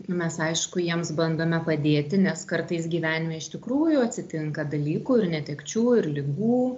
mes aišku jiems bandome padėti nes kartais gyvenime iš tikrųjų atsitinka dalykų ir netekčių ir ligų